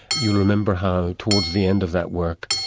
you remember how towards the end of that work,